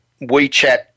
WeChat